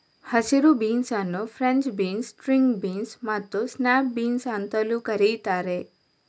ಹಸಿರು ಬೀನ್ಸ್ ಅನ್ನು french beans, string beans ಮತ್ತು ಸ್ನ್ಯಾಪ್ ಬೀನ್ಸ್ ಅಂತಲೂ ಕರೀತಾರೆ